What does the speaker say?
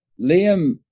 Liam